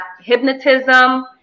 hypnotism